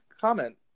Comment